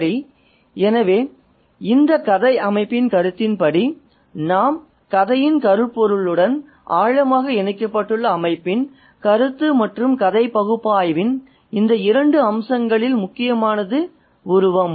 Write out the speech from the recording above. சரி எனவே இந்த கதை அமைப்பின் கருத்தின் படி நாம் கதையின் கருப்பொருளுடன் ஆழமாக இணைக்கப்பட்டுள்ள அமைப்பின் கருத்து மற்றும் கதை பகுப்பாய்வின் இந்த இரண்டு அம்சங்களில் முக்கியமானது உருவம்